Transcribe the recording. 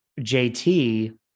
JT